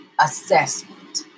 assessment